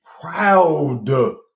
proud